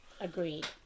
Agreed